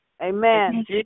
Amen